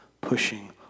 pushing